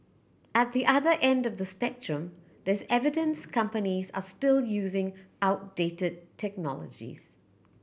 at the other end of the spectrum there's evidence companies are still using outdated technologies